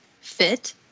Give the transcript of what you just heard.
fit